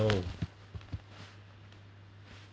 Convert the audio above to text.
oh